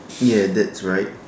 ya that's right